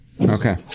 Okay